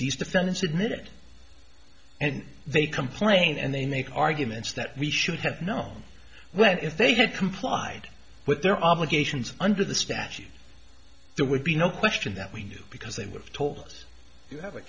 these defendants admitted and they complain and they make arguments that we should have known well if they had complied with their obligations under the statute there would be no question that we knew because they were told you have a